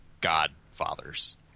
Godfather's